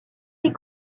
les